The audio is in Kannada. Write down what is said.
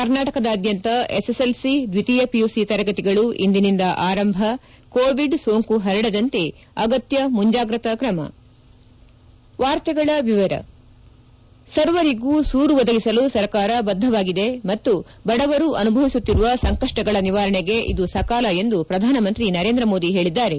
ಕರ್ನಾಟಕದಾದ್ಯಂತ ಎಸ್ಎಸ್ಎಲ್ಸಿ ದ್ವಿತೀಯ ಪಿಯುಸಿ ತರಗತಿಗಳು ಇಂದಿನಿಂದ ಆರಂಭ ಕೋವಿಡ್ ಸೋಂಕು ಹರಡದಂತೆ ಅಗತ್ಯ ಮುಂಜಾಗ್ರತಾ ಕ್ರಮ ಸರ್ವರಿಗೂ ಸೂರು ಒದಗಿಸಲು ಸರ್ಕಾರ ಬದ್ದವಾಗಿದೆ ಮತ್ತು ಬಡವರು ಅನುಭವಿಸುತ್ತಿರುವ ಸಂಕಷ್ಷಗಳ ನಿವಾರಣೆಗೆ ಇದು ಸಕಾಲ ಎಂದು ಪ್ರಧಾನಮಂತ್ರಿ ನರೇಂದ್ರ ಮೋದಿ ಹೇಳಿದ್ದಾರೆ